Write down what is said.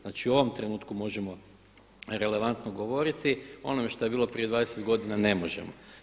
Znači, u ovom trenutku možemo relevantno govoriti, a o onome što je bilo prije 20 godina ne možemo.